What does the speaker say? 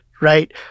Right